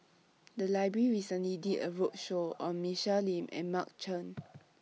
The Library recently did A roadshow on Michelle Lim and Mark Chan